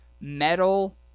metal